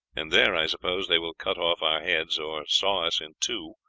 and there i suppose they will cut off our heads or saw us in two,